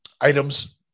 items